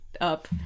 up